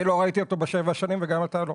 אני לא ראיתי אותו ב-7 שנים, וגם אתה לא.